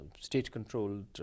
state-controlled